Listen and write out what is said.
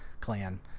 clan